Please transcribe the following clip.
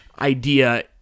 idea